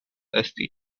esti